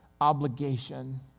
obligation